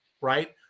right